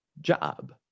job